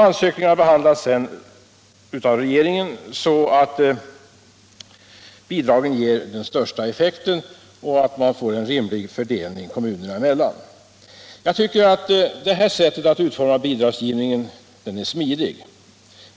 Ansökningarna behandlas sedan av regeringen så att bidragen ger den största effekten och så att man åstadkommer en rimlig fördelning kommunerna emellan. Jag tycker att denna utformning av bidragsgivningen är smidig.